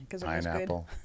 pineapple